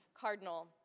cardinal